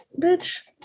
Bitch